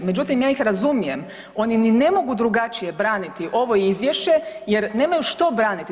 Međutim, ja ih razumijem oni ni ne mogu drugačije braniti ovo izvješće jer nemaju što braniti.